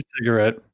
cigarette